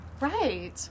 Right